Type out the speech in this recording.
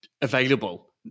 available